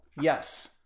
Yes